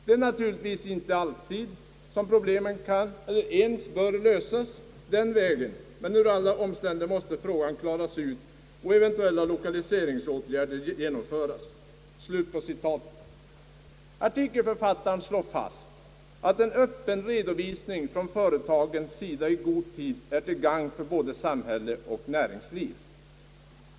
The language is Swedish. Det är naturligtvis inte alltid som problemen kan eller ens bör lösas den vägen, men under alla omständigheter måste frågan klaras ut och eventuella lokaliseringsåtgärder genomföras.» Artikelförfattaren slår fast att en Ööppen redovisning från företagens sida i god tid är till gagn för både samhälle och näringsliv.